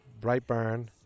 Brightburn